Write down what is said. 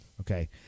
Okay